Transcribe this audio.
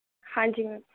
ਹਾਂਜੀ ਮੈਮ